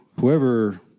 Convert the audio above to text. whoever